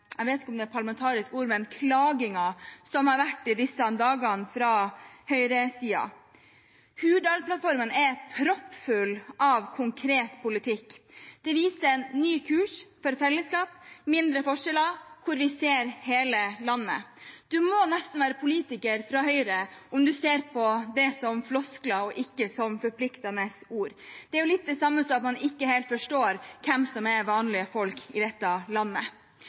jeg vet ikke om det er et parlamentarisk ord – som har vært i disse dagene fra høyresiden. Hurdalsplattformen er proppfull av konkret politikk. Den viser en ny kurs for fellesskap, mindre forskjeller, hvor vi ser hele landet. En må nesten være politiker fra høyresiden om en ser på det som floskler og ikke som forpliktende ord. Det er litt det samme som at man ikke helt forstår hvem som er vanlige folk i dette landet.